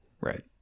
Right